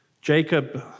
Jacob